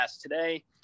today